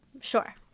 Sure